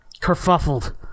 kerfuffled